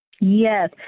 Yes